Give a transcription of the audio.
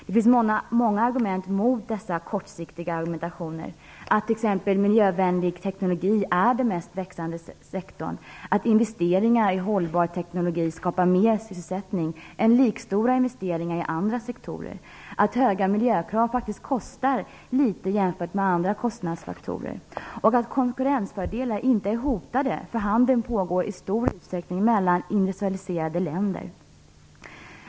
Det finns många argument mot dessa kortsiktiga argumentationer, t.ex. att miljövänlig teknologi är den mest växande sektorn, att investeringar i hållbar teknologi skapar mer sysselsättning än jämstora investeringar i andra sektorer, att höga miljökrav faktiskt kostar litet jämfört med andra kostnadsfaktorer och att konkurrensfördelar inte är hotade därför att handeln pågår i stor utsträckning mellan industrialiserade länder.